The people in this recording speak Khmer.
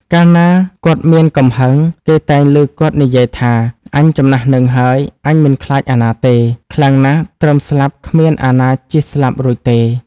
កាលណាគាត់មានកំហឹងគេតែងឮគាត់និយាយថាអញចំណាស់ហ្នឹងហើយ អញមិនខ្លាចអាណាទេ ខ្លាំងណាស់ត្រឹមស្លាប់គ្មានអាណាជៀសស្លាប់រួចទេ។